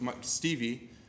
Stevie